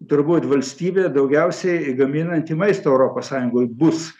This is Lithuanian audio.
turbūt valstybė daugiausiai gaminanti maisto europos sąjungoj bus